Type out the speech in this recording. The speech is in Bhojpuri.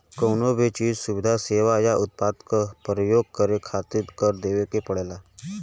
कउनो भी चीज, सुविधा, सेवा या उत्पाद क परयोग करे खातिर कर देवे के पड़ेला